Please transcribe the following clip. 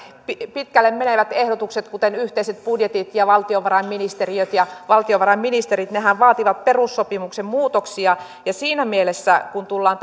pitkälle menevät ehdotukset kuten yhteiset budjetit valtiovarainministeriöt ja valtiovarainministerit vaativat perussopimuksen muutoksia siinä mielessä kun tullaan